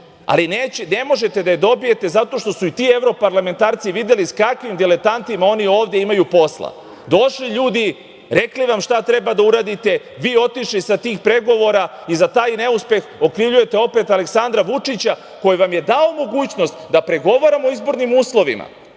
ali ne možete da je dobijete zato što su i ti evroparlamentarci videli sa kakvim diletantima oni ovde imaju posla. Došli ljudi, rekli nam šta treba da uradite, vi otišli sa tih pregovora i za taj neuspeh okrivljujete opet Aleksandra Vučića, koji vam je dao mogućnost da pregovaramo o izbornim uslovima.